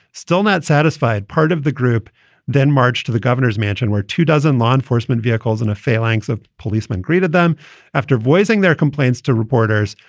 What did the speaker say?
still not satisfied. part of the group then marched to the governor's mansion, where two dozen law enforcement vehicles and a phalanx of policemen greeted them after voicing their complaints to reporters.